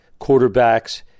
quarterbacks